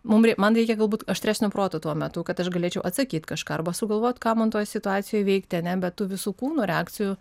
mum man reikia galbūt aštresnio proto tuo metu kad aš galėčiau atsakyt kažką arba sugalvot ką man toj situacijoj veikti ar ne bet tų visų kūnų reakcijų